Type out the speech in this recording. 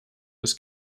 des